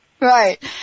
Right